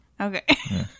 Okay